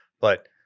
But-